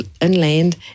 inland